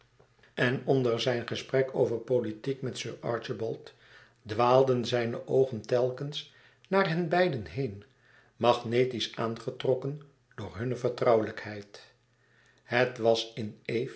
en onder zijn gesprek over politiek met sir archibald dwaalden zijne oogen telkens naar henbeiden heen magnetisch aangetrokken door hunne vertrouwelijkheid het was